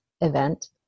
event